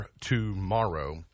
tomorrow